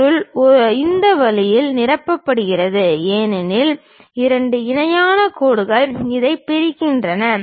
பொருள் இந்த வழியில் நிரப்பப்படுகிறது ஏனெனில் இரண்டு இணையான கோடுகள் இதைப் பிரிக்கின்றன